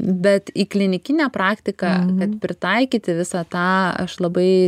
bet į klinikinę praktiką pritaikyti visą tą aš labai